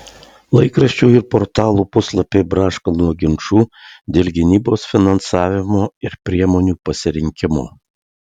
laikraščių ir portalų puslapiai braška nuo ginčų dėl gynybos finansavimo ir priemonių pasirinkimo